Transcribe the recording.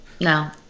no